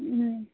ହୁଁ